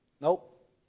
Nope